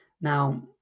Now